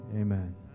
amen